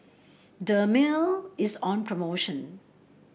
Dermale is on promotion